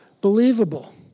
Believable